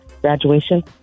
Graduation